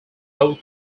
whole